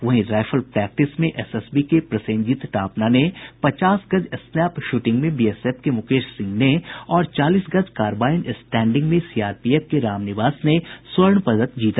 वहीं rifle practice में SSB के प्रसेनजीत टापना ने पचास गज स्नैप शूटिंग में बीएसएफ के मुकेश सिंह ने और चालीस गज कारबाईन स्टैंडिंग में सीआरपीएफ के रामनिवास ने स्वर्ण पदक जीता